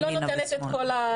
לא אני לא נותנת את כל זה,